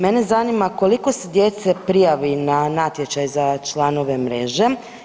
Mene zanima koliko se djece prijavi na natječaj za članove Mreže?